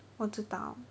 我知道